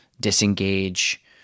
disengage